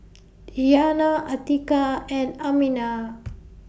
Diyana Atiqah and Aminah